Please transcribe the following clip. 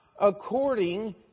according